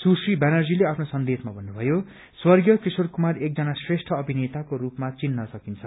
सुश्री ब्यानर्जीले आफ्नो सन्देशमा भन्नुभयो स्वर्गीय किशोर कुमार एकजना श्रेष्ठ अभिनेताको सूपमा चिन्ह सकिन्छ